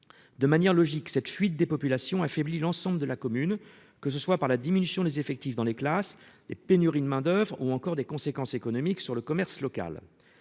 De manière logique, cette fuite des populations affaiblit l'ensemble de la commune, que ce soit par la diminution des effectifs dans les classes, les pénuries de main-d'oeuvre ou encore les conséquences économiques sur le commerce local.